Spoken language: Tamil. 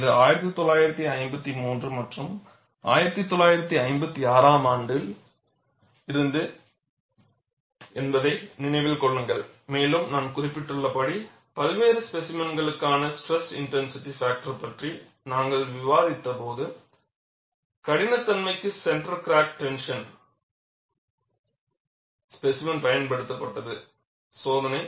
இது 1953 மற்றும் 1956 ஆம் ஆண்டுகளில் இருந்தது என்பதை நினைவில் கொள்ளுங்கள் மேலும் நான் குறிப்பிட்டுள்ளபடி பல்வேறு ஸ்பேசிமென்களுக்கான ஸ்ட்ரெஸ் இன்டென்சிட்டி பாக்டர் பற்றி நாங்கள் விவாதித்தபோது பிராக்சர் கடினத்தன்மைக்கு சென்டர் கிராக்ட் டென்ஷன் ஸ்பேசிமென் பயன்படுத்தப்பட்டது சோதனை